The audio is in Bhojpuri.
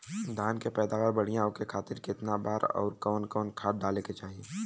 धान के पैदावार बढ़िया होखे खाती कितना बार अउर कवन कवन खाद डाले के चाही?